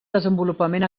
desenvolupament